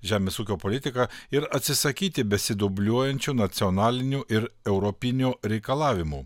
žemės ūkio politiką ir atsisakyti besidubliuojančių nacionalinių ir europinių reikalavimų